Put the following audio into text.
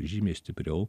žymiai stipriau